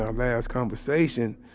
um last conversation,